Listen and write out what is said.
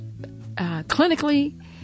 clinically